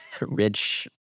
rich